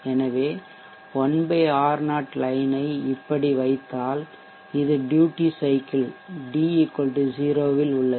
எனவே நான் 1 R0 line ஐ இப்படி வைத்தால் இது ட்யூட்டி சைக்கிள் d 0 ல் உள்ளது